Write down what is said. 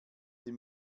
sie